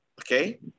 Okay